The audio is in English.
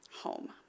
home